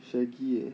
shaggy eh